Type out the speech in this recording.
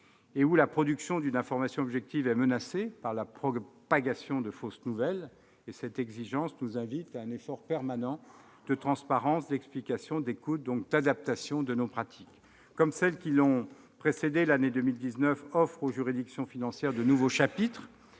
et où la production d'une information objective est menacée par la propagation de fausses nouvelles. Cette exigence nous invite à un effort permanent de transparence, d'explication, d'écoute, donc d'adaptation de nos pratiques. Comme celles qui l'ont précédée, l'année 2019 offre aux juridictions financières de nouveaux chantiers